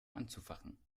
anzufachen